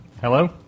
Hello